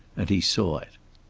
and he saw it.